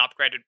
upgraded